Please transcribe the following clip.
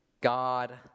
God